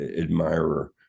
admirer